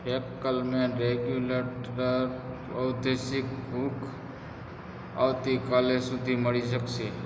Fackelmann regulator adhesive hook આવતીકાલ સુધી મળી શકશે